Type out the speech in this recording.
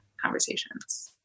conversations